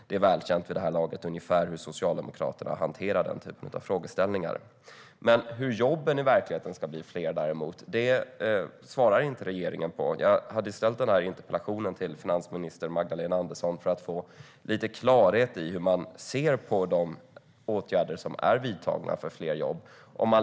Det är vid det här laget välkänt ungefär hur Socialdemokraterna hanterar den typen av frågeställningar. Men hur jobben i verkligheten ska bli fler svarar däremot inte regeringen på. Jag hade ställt interpellationen till finansminister Magdalena Andersson för att få lite klarhet i hur man ser på de åtgärder som är vidtagna för fler jobb.